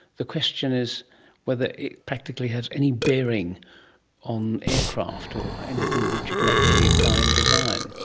the question is whether it practically has any bearing on aircraft or anything that you can actually apply and design.